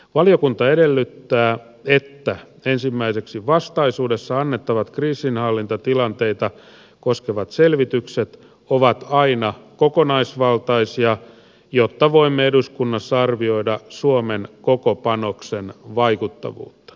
valiokunta edellyttää että ensimmäiseksi vastaisuudessa annettavat kriisinhallintatilanteita koskevat selvitykset ovat aina kokonaisvaltaisia jotta voimme eduskunnassa arvioida suomen koko panoksen vaikuttavuutta